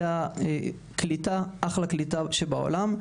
זו הייתה אחלה קליטה שבעולם.